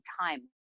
time